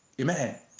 Amen